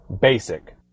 basic